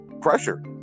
pressure